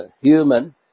human